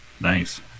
Nice